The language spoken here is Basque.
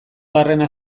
barrena